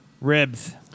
Ribs